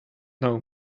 know